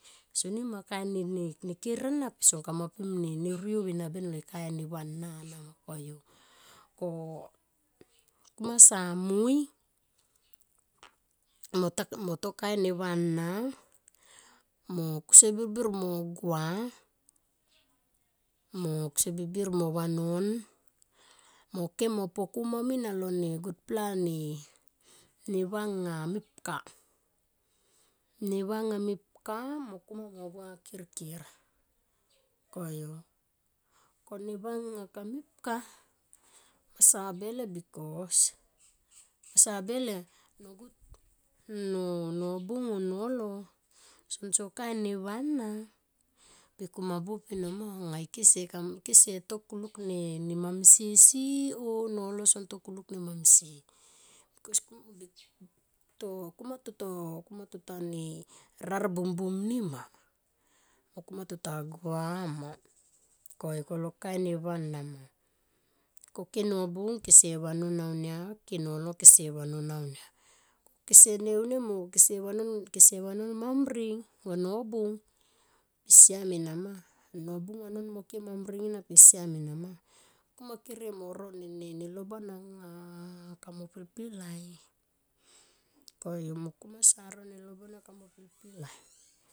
Sonima kain ne ker ana pe so kamapim ne vio enaben ma to ne kain neva anama koyu o kuma sa mui mo to kain neva mo kusier birbir mo gua mo kusier birbir mo vanon mo ikem mo pokuma min alo ne gutpla ne neva anga mepka, neva anga mepka mo kuma mo gua kirkir koyu keneva anga ka mepka kumasa bele bikos kumasa bele nongut nobung o nolo son so kain neva ana per kuma buop enama anga ike se ike se to kulik ne, ne mamsie so o nolo son to kulik ne mamsie. Bikos kuma, kuma to to kuma to tane rar bumbum nima mo ikuma to ta gua ma. Koyu ko lo kain neva ana, ko ike nobung kese vanon aunia ke nolo kese vanon aunia. Kese vanon mambring va nobung siam enama nobung vanon mo ke mambring per siam enama, kumakere mo ro neloban anga kamo pilpilai.